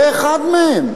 זה אחד מהם.